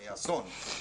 זה אסון.